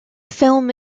film